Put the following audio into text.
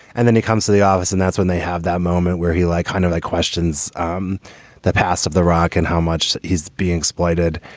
and then he comes to the office and that's when they have that moment where he, like, kind of questions um the past of the rock and how much he's being exploited.